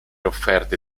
offerte